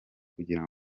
kugira